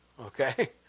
okay